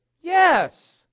Yes